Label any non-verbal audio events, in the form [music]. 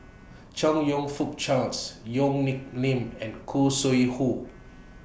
[noise] Chong YOU Fook Charles Yong Nyuk Lin and Khoo Sui Hoe